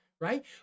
right